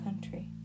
country